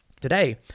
Today